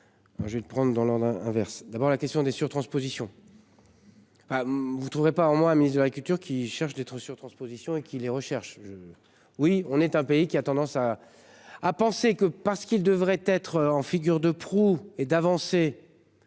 Je vais le prendre dans l'ordre inverse d'abord la question des surtranspositions. Vous trouverez pas au moins. Ministre de la culture qui cherche d'être sur-transposition et qui les recherches. Oui on est un pays qui a tendance à, à penser que parce qu'il devrait être en figure de proue et d'avancer.